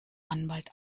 anwalt